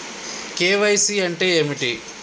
KYC అంటే ఏమిటి?